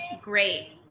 great